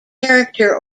character